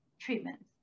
treatments